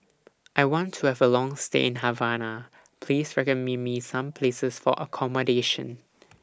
I want to Have A Long stay in Havana Please recommend Me Me Some Places For accommodation